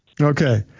Okay